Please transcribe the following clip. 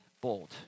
bold